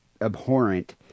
abhorrent